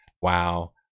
WoW